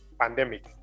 pandemic